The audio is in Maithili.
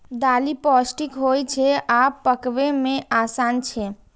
दालि पौष्टिक होइ छै आ पकबै मे आसान छै